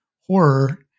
horror